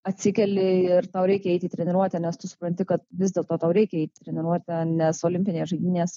atsikeli ir tau reikia eit į treniruotę nes tu supranti kad vis dėlto tau reikia eit į treniruotę nes olimpinės žaidynės